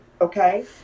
okay